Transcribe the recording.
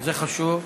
זה חשוב.